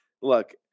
Look